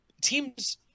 teams